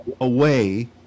away